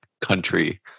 country